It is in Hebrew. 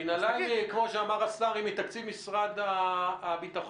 המנהלה, כמו שאמר השר, היא מתקציב משרד הביטחון.